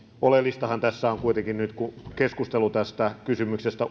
oleellistahan tässä nyt on kuitenkin keskustelu kysymyksestä